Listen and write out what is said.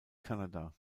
kanada